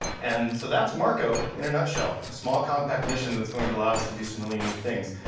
and, so that's marco in a nutshell, a small, compact mission that's going to allow us to do some really neat things.